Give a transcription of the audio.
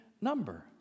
number